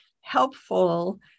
helpful